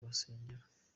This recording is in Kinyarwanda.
kubasengera